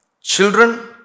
children